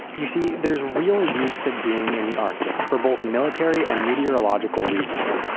you see, there's real use to being in the arctic for both military and meteorological reasons.